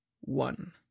one